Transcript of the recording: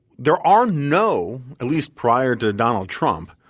there are no at least prior to donald trump,